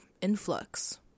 influx